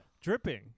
Dripping